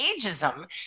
ageism